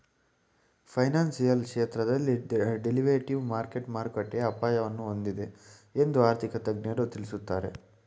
financial ಕ್ಷೇತ್ರದಲ್ಲಿ derivative market ಮಾರುಕಟ್ಟೆಯ ಅಪಾಯವನ್ನು ಹೊಂದಿದೆ ಎಂದು ಆರ್ಥಿಕ ತಜ್ಞರು ತಿಳಿಸುತ್ತಾರೆ